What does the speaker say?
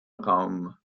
raum